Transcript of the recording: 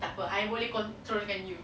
tak apa I boleh control kan you